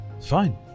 fine